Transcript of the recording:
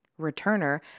returner